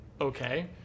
okay